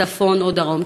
צפון או דרום,